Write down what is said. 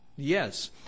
Yes